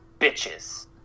bitches